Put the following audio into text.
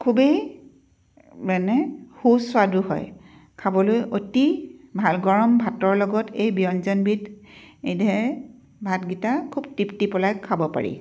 খুবেই মানে সুস্বাদু হয় খাবলৈ অতি ভাল গৰম ভাতৰ লগত এই ব্যঞ্জনবিধ বিধে ভাতকেইটা খুব তৃপ্তি পেলাই খাব পাৰি